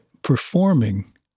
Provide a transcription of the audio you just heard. Performing